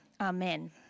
Amen